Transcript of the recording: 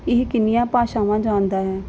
ਇਹ ਕਿੰਨੀਆਂ ਭਾਸ਼ਾਵਾਂ ਜਾਣਦਾ ਹੈ